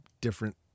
different